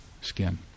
skin